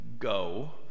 go